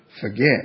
forget